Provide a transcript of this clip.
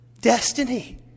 destiny